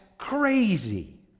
crazy